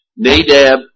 Nadab